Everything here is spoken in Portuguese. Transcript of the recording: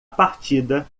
partida